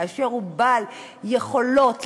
כאשר הוא בעל יכולת לדבר,